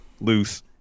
loose